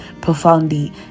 profoundly